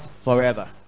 forever